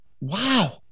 wow